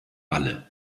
alle